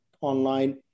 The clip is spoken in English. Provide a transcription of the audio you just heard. online